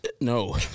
No